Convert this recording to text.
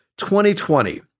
2020